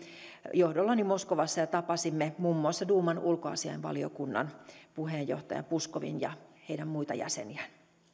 johdollani moskovassa ja tapasimme muun muassa duuman ulkoasiainvaliokunnan puheenjohtaja puskovin ja heidän muita jäseniään